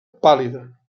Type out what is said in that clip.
pàl·lida